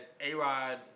A-Rod